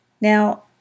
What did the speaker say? Now